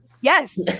Yes